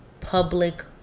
public